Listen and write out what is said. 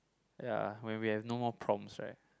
ya when we have no more prompts right